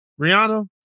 Rihanna